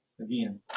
again